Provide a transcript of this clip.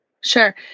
Sure